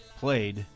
played